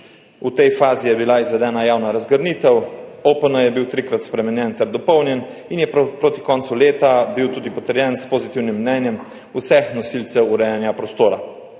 V tej fazi je bila izvedena javna razgrnitev, OPN je bil trikrat spremenjen ter dopolnjen in je bil proti koncu leta tudi potrjen s pozitivnim mnenjem vseh nosilcev urejanja prostora.